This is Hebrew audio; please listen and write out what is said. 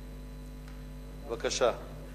הצעה לסדר-היום שמספרה 3085. בבקשה,